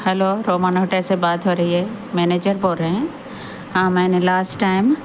hello Roman hotel سے بات ہو رہی ہے منیجر بول رہے ہیں ہاں میں نے لاسٹ ٹائم